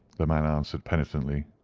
the man answered penitently,